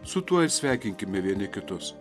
su tuo sveikinkime vieni kitus